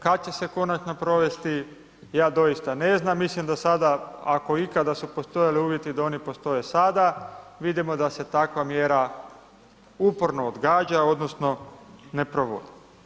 Kad će se konačno provesti ja doista ne znam, mislim da sada, ako ikada su postojali uvjeti, da oni postoje sada, vidimo da se takva mjera uporno odgađa odnosno ne provodi.